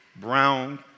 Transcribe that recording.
brown